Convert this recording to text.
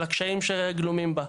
על הקשיים שגלומים בה.